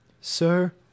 Sir